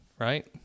right